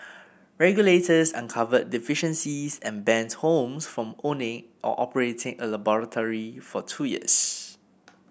regulators uncovered deficiencies and banned Holmes from owning or operating a laboratory for two years